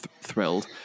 thrilled